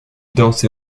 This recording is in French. danse